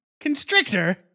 Constrictor